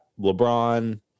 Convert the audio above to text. LeBron